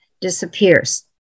disappears